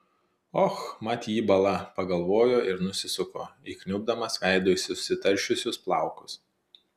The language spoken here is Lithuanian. och mat jį bala pagalvojo ir nusisuko įkniubdamas veidu į susitaršiusius plaukus